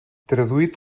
traduït